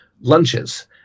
lunches